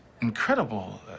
incredible